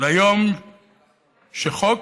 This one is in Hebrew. מהיום שחוק